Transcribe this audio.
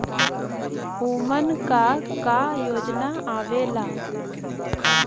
उमन का का योजना आवेला?